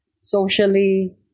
socially